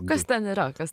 kas ten yra kas